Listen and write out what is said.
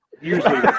Usually